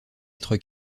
être